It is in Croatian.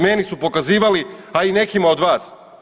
Meni su pokazivali, a i nekima od vas.